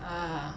uh